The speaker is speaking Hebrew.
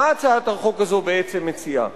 מה הצעת החוק הזאת בעצם מציעה?